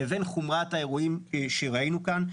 לבין חומרת האירועים שראינו כאן.